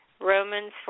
Romans